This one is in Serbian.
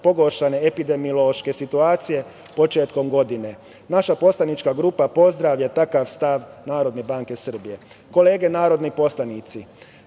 pogoršane epidemiološke situacije početkom godine. Naša poslanička grupa pozdravlja takav stav NBS.Kolege narodni poslanici,